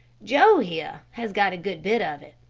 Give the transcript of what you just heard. joe here has got a good bit of it.